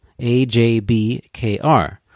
AJBKR